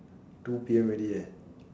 two P_M already eh